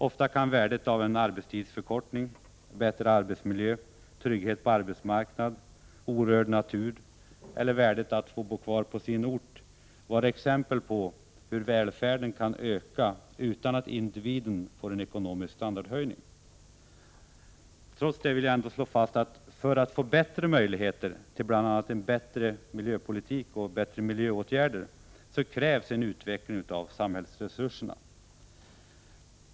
Ofta kan värdet av en arbetstidsförkortning, bättre arbetsmiljö, trygghet på arbetsmarknaden, orörd natur, värdet att få bo kvar på sin ort vara exempel på hur välfärden kan öka utan att individen får en ekonomisk standardhöjning. Trots det vill jag slå fast att för att vi skall få större möjligheter till bl.a. bättre miljöpolitik och bättre miljöåtgärder krävs en utveckling av samhällsresurserna.